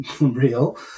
real